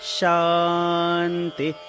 shanti